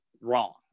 wrong